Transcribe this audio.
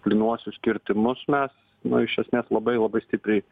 plynuosius kirtimus mes nu iš esmės labai labai stipriai